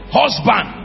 husband